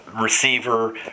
receiver